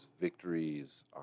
victories